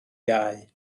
iau